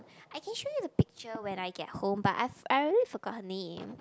I can show you the picture when I get home but I've I already forgot her name